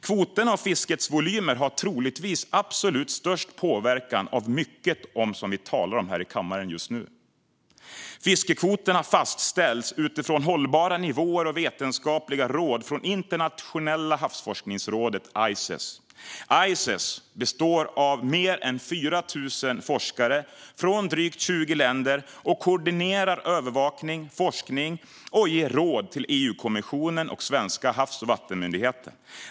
Kvoterna och fiskets volymer är det som troligtvis har absolut störst påverkan på mycket av det som vi talar om här i kammaren just nu. Fiskekvoterna fastställs utifrån hållbara nivåer och vetenskapliga råd från Internationella havsforskningsrådet, ICES. ICES består av mer än 4 000 forskare från drygt 20 länder. De koordinerar övervakning och forskning och ger råd till EU-kommissionen och den svenska Havs och vattenmyndigheten.